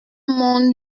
mon